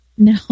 No